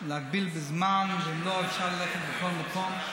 להגביל בזמן ואם לא אז אפשר ללכת לכל מקום,